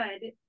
good